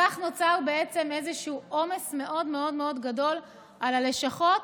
כך נוצר איזשהו עומס מאוד גדול על הלשכות